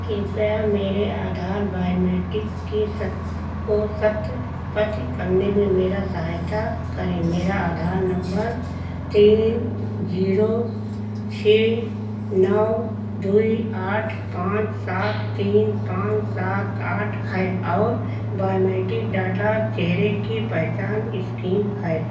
कृपया मेरे आधार बायोमेट्रिक के को सत्यापित करने में मेरा सहायता करें मेरा आधार नंबर तीन जीरो छः नौ दो आठ पाँच सात तीन पाँच सात आठ है और बायोमेटिक डाटा चेहरे की पहचान इस्कीम है